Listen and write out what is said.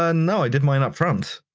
uhhh, no, i did mine up front.